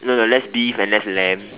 no no less beef and less lamb